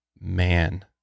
man